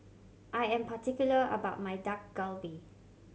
I am particular about my Dak Galbi